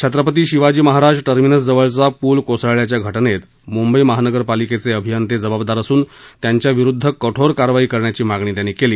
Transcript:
Chhatrapati Shivaji Maharaj terminus जवळचा पूल कोसळल्याच्या घटनेत मुंबई महानगरपालिकेचे अभियते जबाबदार असून त्यांच्या विरुद्ध कठोर कारवाई करण्याची मागणी त्यांनी केली